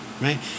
right